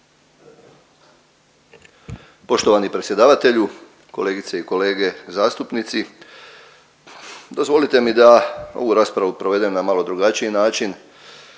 Poštovani predsjedavatelju, kolegice i kolege zastupnici, dozvolite mi da ovu raspravu provedem na malo drugačiji način,